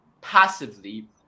passively